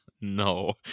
No